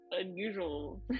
unusual